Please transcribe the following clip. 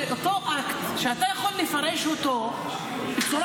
זה אותו אקט שאתה יכול לפרש אותו בצורה